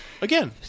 again